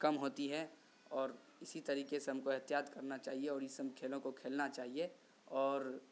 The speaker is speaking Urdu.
کم ہوتی ہیں اور اسی طریقے سے ہم کو احتیاط کرنا چاہیے اور یہ سم کھیلوں کو کھیلنا چاہیے اور